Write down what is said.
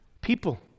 people